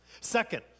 Second